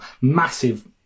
massive